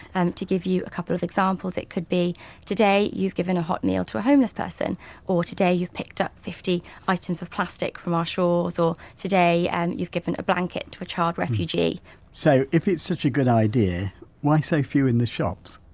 and to give you a couple of examples, it could be today you've given a hot meal to a homeless person or today, you've picked up fifty items of plastic from our shores or today, and you've given a blanket to a child refugee so, if it's such a good idea why so few in the shops?